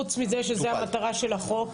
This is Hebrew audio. חוץ מזה שזאת המטרה של החוק,